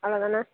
அவ்வளோ தானே